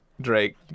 Drake